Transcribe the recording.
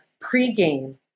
pre-game